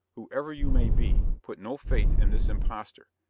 whoever you may be, put no faith in this impostor.